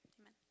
Amen